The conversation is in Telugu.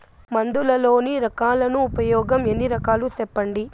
మందులలోని రకాలను ఉపయోగం ఎన్ని రకాలు? సెప్పండి?